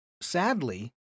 sadly